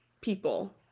people